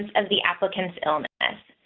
and of the applicants illness,